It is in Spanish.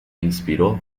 inspiró